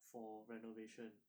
for renovation